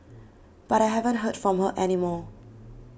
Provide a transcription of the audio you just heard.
but I haven't heard from her any more